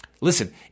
listen